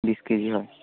বিছ কেজি হয়